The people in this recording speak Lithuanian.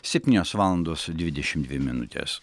septynios valandos dvidešimt dvi minutės